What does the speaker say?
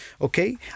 Okay